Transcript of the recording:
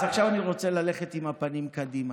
אז עכשיו אני רוצה ללכת עם הפנים קדימה.